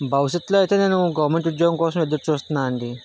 భవిష్యత్తులో అయితే నేను గవర్నమెంట్ ఉద్యోగం కోసం ఎదురుచూస్తున్నా అండి